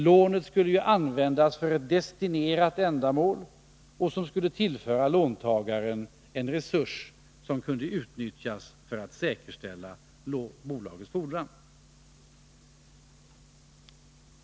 Lånet skulle användas för ett destinerat ändamål som skulle tillföra låntagaren en resurs som kunde utnyttjas för att säkerställa bolagets fordran.